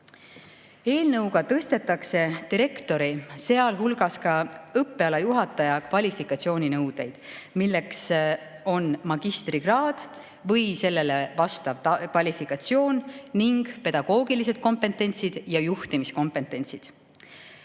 Eelnõuga tõstetakse direktori ja õppealajuhataja kvalifikatsiooninõudeid, milleks on magistrikraad või sellele vastav kvalifikatsioon ning pedagoogilised kompetentsid ja juhtimiskompetentsid.